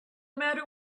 matter